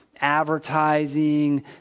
Advertising